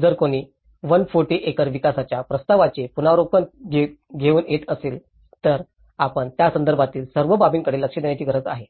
जर कोणी 140 एकर विकासाच्या प्रस्तावाचे पुनरावलोकन घेऊन येत असेल तर आपण त्यासंदर्भातील सर्व बाबींकडे लक्ष देण्याची गरज आहे